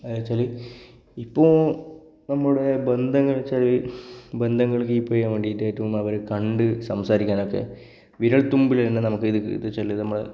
എന്നുവെച്ചാൽ ഇപ്പോൾ നമ്മുടെ ബന്ധങ്ങളെന്നു വെച്ചാൽ ബന്ധങ്ങൾ കീപ് ചെയ്യാന് വേണ്ടിയിട്ടു ഏറ്റവും അവരെ കണ്ട് സംസാരിക്കാനൊക്കെ വിരല്ത്തുമ്പിലിരുന്നു നമുക്കിത് ഇതൂ വെച്ചാൽ നമ്മുടെ